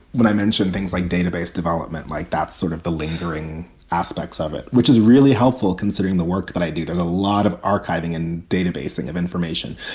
when i mentioned things like database development, like that's sort of the lingering aspects of it, which is really helpful considering the work that i do. there's a lot of archiving and databases of information,